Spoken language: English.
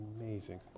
amazing